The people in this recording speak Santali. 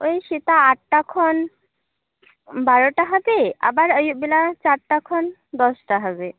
ᱳᱭ ᱥᱮᱛᱟᱜ ᱟᱴᱴᱟ ᱠᱷᱚᱱ ᱵᱟᱨᱚᱴᱟ ᱦᱟᱹᱵᱤᱡ ᱟᱵᱟᱨ ᱟᱭᱩᱯ ᱵᱮᱲᱟ ᱪᱟᱨᱴᱟ ᱠᱷᱚᱱ ᱫᱚᱥᱴᱟ ᱦᱟᱹᱵᱤᱡ